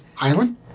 Island